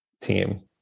team